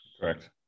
correct